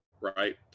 right